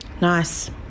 Nice